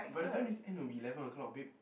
by the time this end it'll be eleven o-clock babe